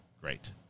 Great